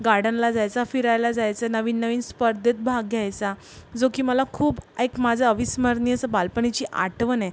गार्डनला जायचा फिरायला जायचं नवीन नवीन स्पर्धेत भाग घ्यायसा जो की मला खूप एक माझं अविस्मरणीय असं बालपणीची आठवण आहे